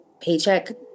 Paycheck